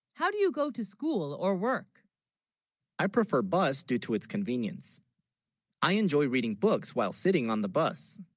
how, do you go to school or work i prefer bus due to its convenience i enjoy reading books, while sitting on the bus